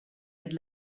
had